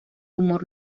humor